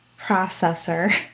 processor